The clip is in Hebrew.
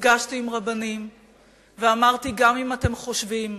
נפגשתי עם רבנים ואמרתי: גם אם אתם חושבים